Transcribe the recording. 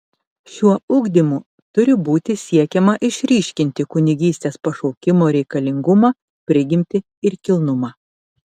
šiuo ugdymu turi būti siekiama išryškinti kunigystės pašaukimo reikalingumą prigimtį ir kilnumą